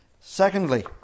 Secondly